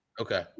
Okay